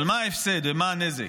אבל מה ההפסד ומה הנזק?